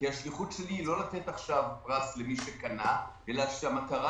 כי השליחות שלי היא לא לתת עכשיו פרס למי שקנה אלא המטרה